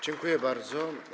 Dziękuję bardzo.